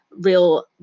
real